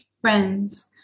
friends